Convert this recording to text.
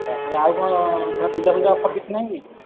ଆଚ୍ଛା କ'ଣ ପୂଜା ଫୂଜା ଅଫର୍ କିଛି ନାହିଁ କି